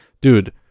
dude